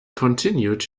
continued